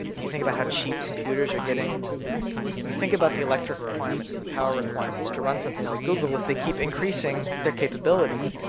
and you think about how cheap computers are getting, and you think about the electric requirements and the power requirements to run something like google if they keep increasing their capabilities.